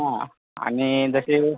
हां आणि जसे